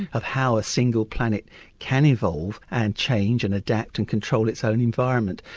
of how a single planet can evolve and change and adapt and control its own environment.